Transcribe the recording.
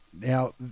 Now